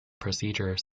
procedure